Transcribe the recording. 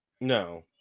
no